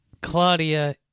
Claudia